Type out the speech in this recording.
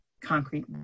concrete